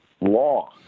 law